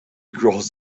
grows